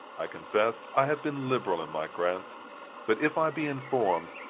i confess i have been liberal in my grants but if i be informed,